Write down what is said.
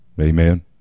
Amen